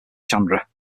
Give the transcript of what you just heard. chandra